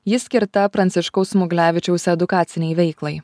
ji skirta pranciškaus smuglevičiaus edukacinei veiklai